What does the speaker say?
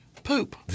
poop